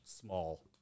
Small